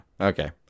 okay